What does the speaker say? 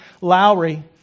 Lowry